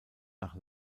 nach